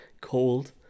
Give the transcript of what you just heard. cold